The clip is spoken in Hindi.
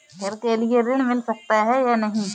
घर के लिए ऋण मिल सकता है या नहीं?